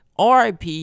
RIP